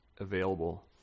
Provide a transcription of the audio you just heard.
available